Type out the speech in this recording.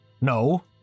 No